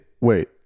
wait